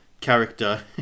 character